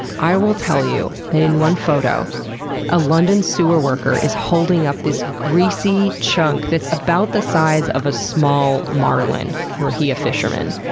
i will tell you that in one photo a london sewer worker is holding up this greasy chunk that's about the size of a small marlin, were he a fisherman.